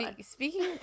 speaking